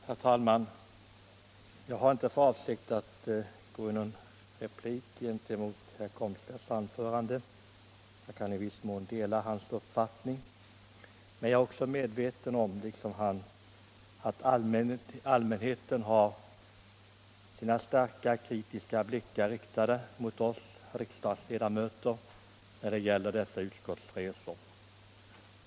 Herr talman! Jag har inte för avsikt att gå in i någon polemik med herr Komstedt. Jag kan i viss mån dela hans uppfattning, och jag är liksom han medveten om att allmänheten har sina starkt kritiska blickar riktade mot oss riksdagsledamöter när det gäller utskottsresorna.